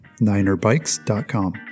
ninerbikes.com